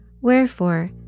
Wherefore